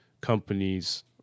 companies